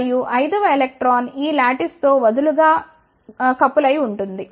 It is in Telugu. మరియు 5 వ ఎలక్ట్రాన్ ఈ లాటిస్తో వదులుగా కపుల్ అయి ఉంటుంది